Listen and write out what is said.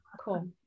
Cool